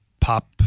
pop